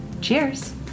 Cheers